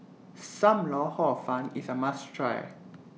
SAM Lau Hor Fun IS A must Try